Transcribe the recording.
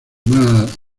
más